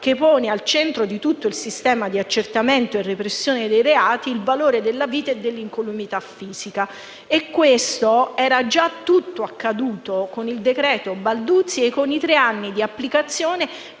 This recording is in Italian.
che pone al centro di tutto il sistema di accertamento e repressione dei reati il valore della vita e dell'incolumità fisica. Questo era già tutto accaduto con il decreto Balduzzi e con i tre anni di applicazione,